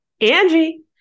Angie